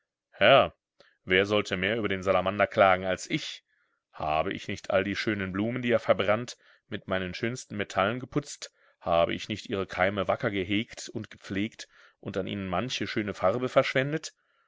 herr wer sollte mehr über den salamander klagen als ich habe ich nicht all die schönen blumen die er verbrannt mit meinen schönsten metallen geputzt habe ich nicht ihre keime wacker gehegt und gepflegt und an ihnen manche schöne farbe verschwendet